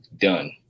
done